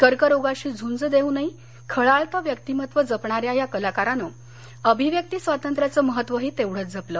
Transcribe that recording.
कर्करोगाशी झूंज देऊनही खळाळतं व्यक्तीमत्व जपणाऱ्या या कलाकारानं अभिव्यक्ती स्वातंत्र्याचं महत्वही तेवढंच जपलं